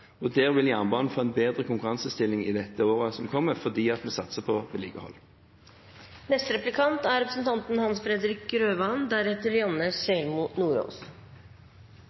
og der vil jernbanen få en bedre konkurransestilling i året som kommer, fordi vi satser på vedlikehold. Jeg er